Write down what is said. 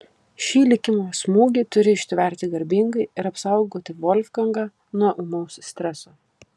šį likimo smūgį turi ištverti garbingai ir apsaugoti volfgangą nuo ūmaus streso